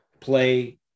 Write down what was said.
play